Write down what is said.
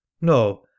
No